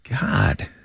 God